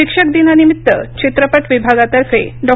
शिक्षक दिनानिमित्त चित्रपट विभागातर्फे डॉ